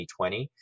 2020